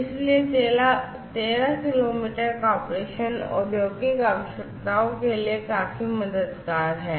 इसलिए 13 किलोमीटर का ऑपरेशन औद्योगिक आवश्यकताओं के लिए काफी मददगार है